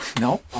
No